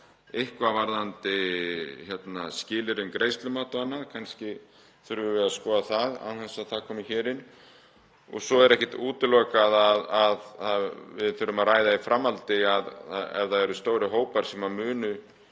eitthvað varðandi skilyrði um greiðslumat og annað. Kannski þurfum við að skoða það án þess að mál komi hér inn. Og svo er ekkert útilokað að við þurfum að ræða í framhaldinu ef það eru stórir hópar sem munu